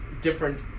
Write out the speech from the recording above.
different